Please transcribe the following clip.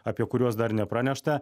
apie kuriuos dar nepranešta